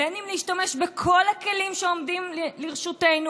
בין אם להשתמש בכל הכלים שעומדים לרשותנו,